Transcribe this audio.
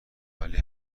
ولی